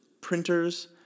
printers